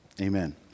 Amen